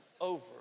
over